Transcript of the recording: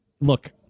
look